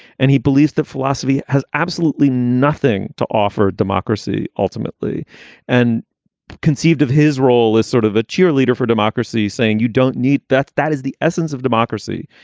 and he believes that philosophy has. absolutely. nothing to offer democracy ultimately and conceived of his role as sort of a cheerleader for democracy, saying you don't need that. that is the essence of democracy,